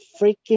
freaking